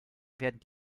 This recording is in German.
werden